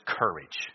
courage